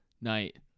night